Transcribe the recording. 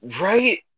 Right